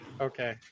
okay